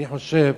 אני חושב